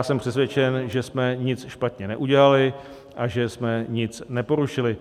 Jsem přesvědčen, že jsme nic špatně neudělali a že jsme nic neporušili.